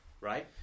Right